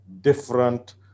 different